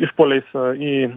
išpuoliais į